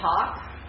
talk